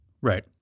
Right